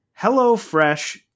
HelloFresh